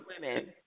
Women